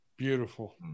Beautiful